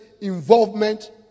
involvement